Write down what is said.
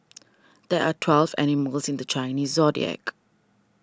there are twelve animals in the Chinese zodiac